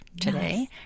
today